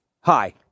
Hi